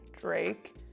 Drake